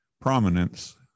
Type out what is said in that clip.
prominence